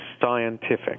scientific